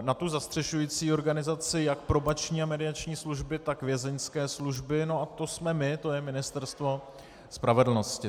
na tu zastřešující organizaci jak Probační a mediační služby, tak Vězeňské služby, no a to jsme my, to je Ministerstvo spravedlnosti.